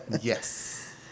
Yes